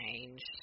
changed